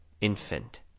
infant